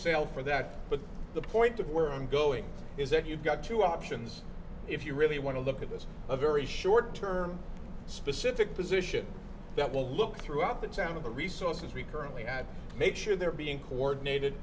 sale for that but the point to where i'm going is that you've got two options if you really want to look at this a very short term specific position that will look throughout the town of the resources we currently at make sure they're being coordinated